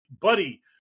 buddy